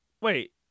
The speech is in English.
Wait